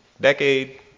decade